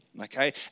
okay